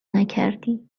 نکردی